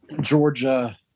Georgia